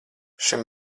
šim